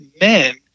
men